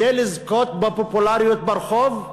כדי לזכות בפופולריות ברחוב,